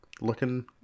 looking